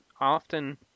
often